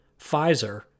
Pfizer